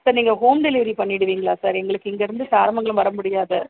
sir நீங்கள் home delivery பண்ணிடுவீங்களா sir எங்களுக்கு இங்கேருந்து தாரமங்கலம் வர முடியாது